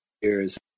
years